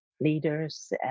leaders